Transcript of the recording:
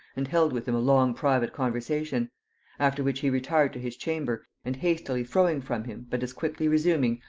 and held with him a long private conversation after which he retired to his chamber, and hastily throwing from him, but as quickly resuming,